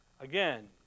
Again